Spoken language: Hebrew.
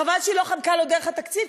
חבל שהיא לא חמקה לו דרך התקציב,